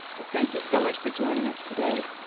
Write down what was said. but thank you so much for joining us today.